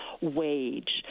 wage